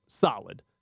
solid